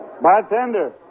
Bartender